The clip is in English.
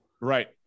Right